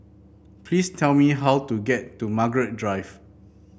please tell me how to get to Margaret Drive